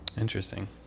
Interesting